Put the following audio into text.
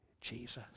Jesus